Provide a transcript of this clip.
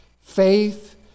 faith